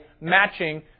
matching